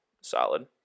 solid